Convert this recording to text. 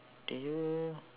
do you